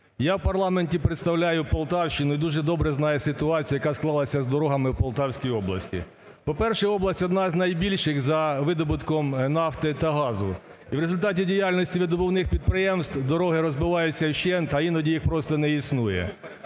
Я в парламенті представляю Полтавщину і дуже добре знаю ситуацію, яка склалася з дорогами в Полтавській області. По-перше, область одна з найбільших за видобутком нафти та газу. І в результаті діяльності видобувних підприємств дороги розбиваються вщент, а іноді їх просто не існує.